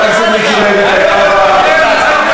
איזה אמת?